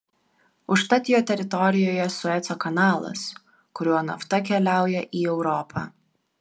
užtat jo teritorijoje sueco kanalas kuriuo nafta keliauja į europą